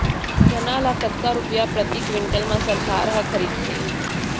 चना ल कतका रुपिया प्रति क्विंटल म सरकार ह खरीदथे?